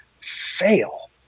fail